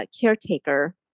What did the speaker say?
caretaker